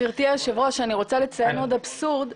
גברתי היושבת ראש, אני רוצה לציין עוד אבסורד.